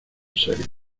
serias